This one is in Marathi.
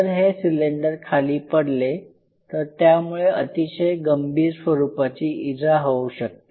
जर हे सिलेंडर खाली पडले तर त्यामुळे अतिशय गंभीर स्वरूपाची इजा होऊ शकते